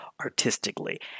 artistically